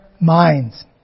minds